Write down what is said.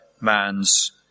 man's